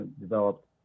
developed